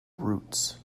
roots